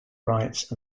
rights